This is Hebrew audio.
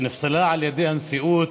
שנפסלה על ידי הנשיאות: